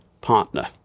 partner